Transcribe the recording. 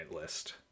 list